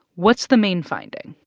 what's the main finding?